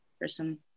person